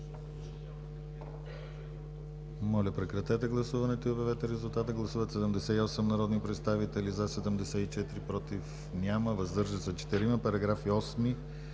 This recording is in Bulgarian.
Моля прекратете гласуването и обявете резултата. Гласували 76 народни представители: за 69, против няма, въздържали се 7. Параграфите